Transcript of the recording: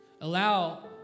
Allow